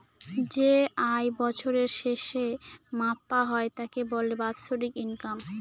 যে আয় বছরের শেষে মাপা হয় তাকে বলে বাৎসরিক ইনকাম